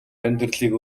амьдралыг